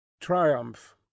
TRIUMPH